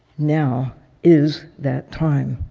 now is that time.